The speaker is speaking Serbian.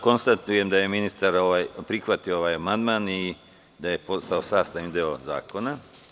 Konstatujem da je ministar prihvatio ovaj amandman i da je on postao sastavni deo zakona.